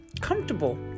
comfortable